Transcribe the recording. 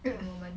我们